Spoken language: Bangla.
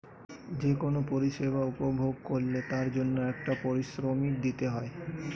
যে কোন পরিষেবা উপভোগ করলে তার জন্যে একটা পারিশ্রমিক দিতে হয়